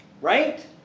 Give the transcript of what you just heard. Right